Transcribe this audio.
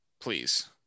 Please